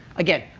again,